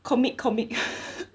comic comic